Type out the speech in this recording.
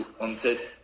wanted